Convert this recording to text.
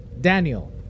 Daniel